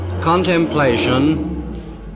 contemplation